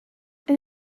and